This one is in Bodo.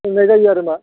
लोंनाय जायो आरोमा